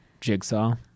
Jigsaw